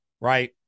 right